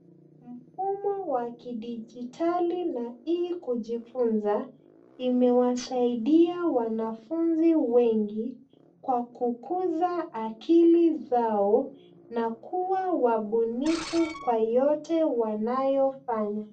Mfumo wa kidijitali na e-kujifunza imewasaidia wanafunzi wengi kwa kukuza akili zao na kuwa wabunifu kwa yote wanayofanya.